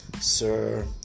sir